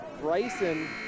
bryson